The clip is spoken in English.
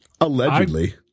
Allegedly